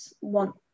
want